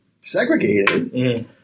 segregated